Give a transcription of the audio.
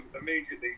immediately